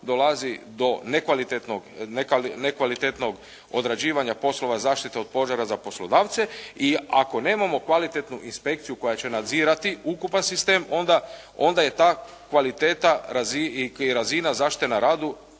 dolazi do nekvalitetnog odrađivanja poslova zaštite od požara za poslodavce i ako nemam kvalitetnu inspekciju koja će nadzirati ukupan sistem, onda je ta kvaliteta i razina zaštite na radu